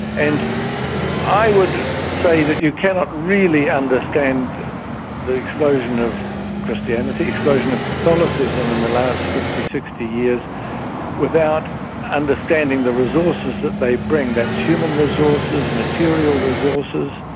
and i would say that you cannot really understand the explosion of christianity, explosion of catholicism in the last fifty, sixty years without understanding the resources that they bring, that's human resources, material resources,